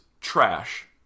trash